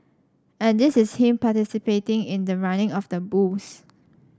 and this is him participating in the running of the bulls